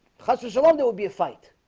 cousins alone there would be a fight